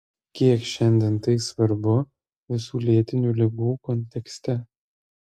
kiek šiandien tai svarbu visų lėtinių ligų kontekste